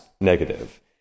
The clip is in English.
negative